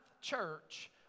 church